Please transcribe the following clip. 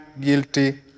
guilty